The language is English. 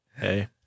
hey